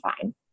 fine